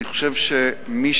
אני חושב שמי